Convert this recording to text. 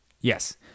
yes